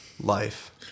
life